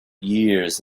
years